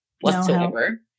whatsoever